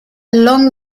along